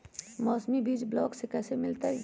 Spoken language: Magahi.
मौसमी बीज ब्लॉक से कैसे मिलताई?